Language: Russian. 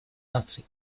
наций